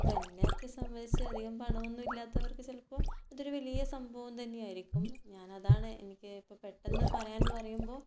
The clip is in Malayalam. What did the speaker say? ഇപ്പം എന്നെയൊക്കെ സംബന്ധിച്ച് അധികം പണമൊന്നും ഇല്ലാത്തവർക്ക് ചിലപ്പോൾ അതൊരു വലിയൊരു സംഭവം തന്നെയായിരിക്കും ഞാൻ അതാണ് എനിക്ക് ഇപ്പം പെട്ടെന്ന് പറയാൻ പറയുമ്പോൾ